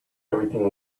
everything